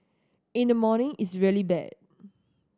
in the morning it's really bad